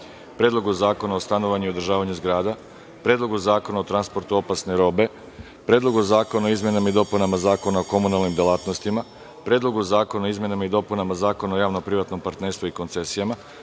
Predlogu zakona o stanovanju i održavanju zgrada; Predlogu zakona o transportu opasne robe; Predlogu zakona o izmenama i dopunama Zakona o komunalnim delatnostima; Predlogu zakona o izmenama i dopunama Zakona o javno- privatnom partnerstvu i koncesijama;